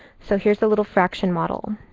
so here's a little fraction model.